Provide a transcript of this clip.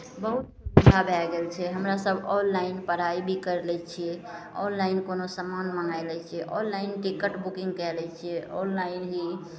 बहुत सुविधा भए गेल छै हमरा सब ऑनलाइन पढ़ाइ भी करि लै छिए ऑनलाइन कोनो समान मँगै लै छिए ऑनलाइन टिकट बुकिन्ग कै लै छिए ऑनलाइन ओ